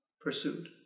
pursued